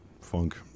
funk